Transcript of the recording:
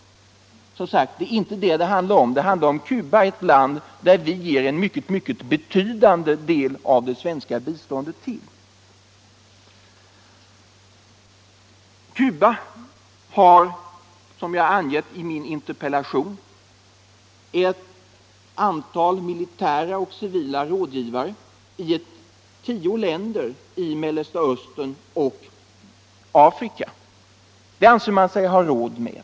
Men nu är det som sagt inte det som det här handlar om, utan här handlar det om Cuba, ett land som vi ger en mycket betydande del av det svenska biståndet till. Som jag har angett i min interpellation har Cuba ett antal militära och civila rådgivare i ett tiotal länder i Mellanöstern och Afrika. Det anser man sig ha råd med.